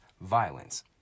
violence